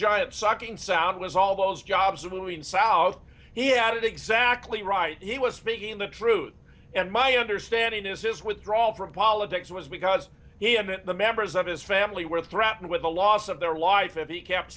giant sucking sound was all those jobs of moving south yeah did exactly right he was speaking the truth and my understanding is withdrawal from politics was because he hadn't the members of his family were threatened with the loss of their life if he kept